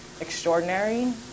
extraordinary